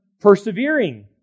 persevering